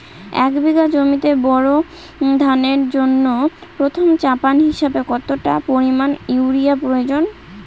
এক বিঘা জমিতে বোরো ধানের জন্য প্রথম চাপান হিসাবে কতটা পরিমাণ ইউরিয়া প্রয়োজন?